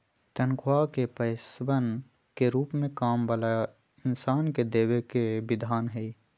तन्ख्वाह के पैसवन के रूप में काम वाला इन्सान के देवे के विधान हई